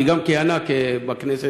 היא גם כיהנה בכנסת,